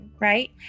right